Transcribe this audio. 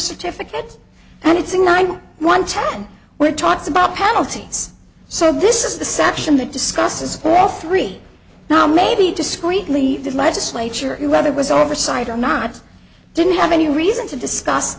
certificate and it's a nine one ten we're taught about penalties so this is the section that discusses all three now maybe discreetly the legislature whether it was oversight or not i didn't have any reason to discuss